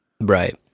Right